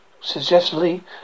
suggestively